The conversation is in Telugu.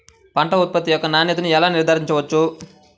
పంట ఉత్పత్తి యొక్క నాణ్యతను ఎలా నిర్ధారించవచ్చు?